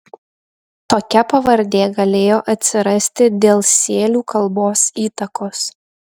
tokia pavardė galėjo atsirasti dėl sėlių kalbos įtakos